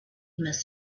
must